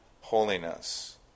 holiness